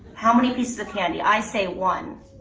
how many pieces of candy? i say one.